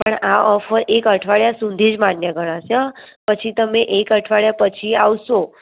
પણ આ ઓફર એક અઠવાડિયા સુધી માન્ય ગણાસે હ પછી તમે એક અઠવાડિયા પછી આવસો